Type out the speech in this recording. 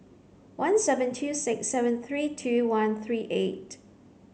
one seven two six seven three two one three eight